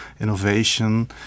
innovation